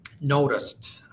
noticed